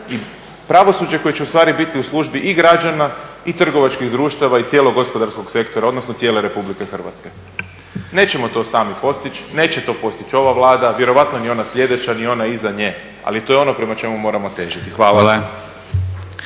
i pravosuđe koje će ustvari biti u službi i građana i trgovačkih društava i cijelog gospodarskog sektora odnosno cijele RH. Nećemo to sami postići, neće to postići ova Vlada, vjerojatno ni ona sljedeća, ni ona iza nje, ali to je ono prema čemu moramo težiti. Hvala.